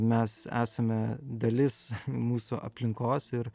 mes esame dalis mūsų aplinkos ir